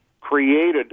created